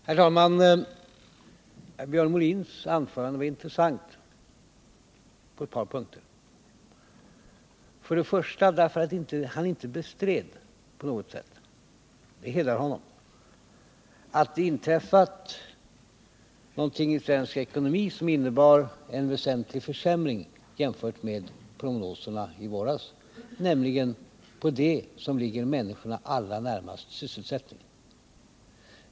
Herr talman! Björn Molins anförande var intressant på ett par punkter. För det första bestred han inte på något sätt — det hedrar honom -— att det inträffat någonting i svensk ekonomi som innebär en väsentlig försämring jämfört med prognoserna i våras, nämligen i fråga om det som ligger människorna allra närmast: sysselsättningen.